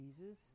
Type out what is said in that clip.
Jesus